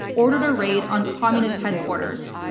ordered a raid on communist headquarters.